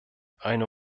eine